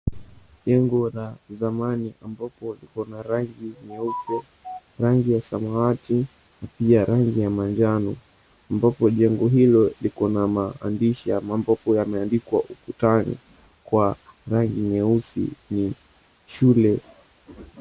Jengo la zamani ambapo liko na rangi nyeupe, rangi ya samawati na pia rangi ya manjano. Ambapo jengo hilo liko na maandishi ya mambo yakiwa yameandikwa ukutani kwa rangi nyeusi ni shule.